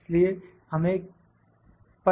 इसलिए हम एक पर वापस लेते हैं